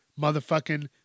motherfucking